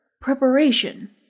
preparation